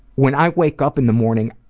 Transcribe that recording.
when i wake up in the morning,